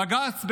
בג"ץ,